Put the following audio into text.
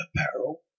apparel